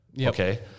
Okay